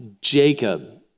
Jacob